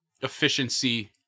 efficiency